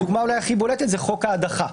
הדוגמה הכי בולטת זה חוק ההדחה.